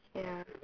ya